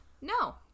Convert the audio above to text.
no